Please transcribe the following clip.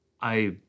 I